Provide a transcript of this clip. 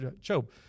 Job